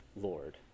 Lord